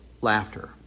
laughter